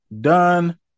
Done